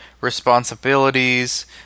responsibilities